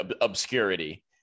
obscurity